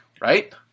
right